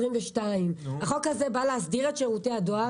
2022. החוק הזה בא להסדיר את שירותי הדואר,